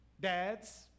dads